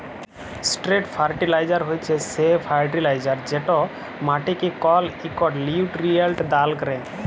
straight fertilizer হছে সে fertilizer যেট মাটিকে কল ইকট লিউটিরিয়েল্ট দাল ক্যরে